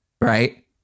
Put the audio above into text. right